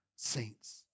saints